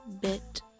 bit